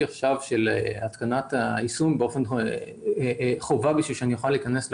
של התקנת יישום חובה כדי שאני אוכל להיכנס לקניון.